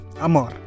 Amor